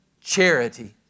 charity